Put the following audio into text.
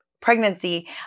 pregnancy